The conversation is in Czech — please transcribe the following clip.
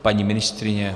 Paní ministryně?